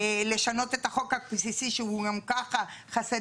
לשנות את החוק הבסיסי שהוא גם ככה חסר